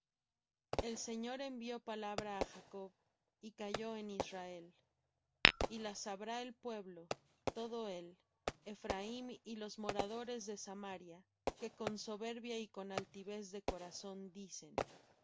el señor envió palabra á jacob y cayó en israel y la sabrá el pueblo todo él ephraim y los moradores de samaria que con soberbia y con altivez de corazón dicen